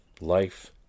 life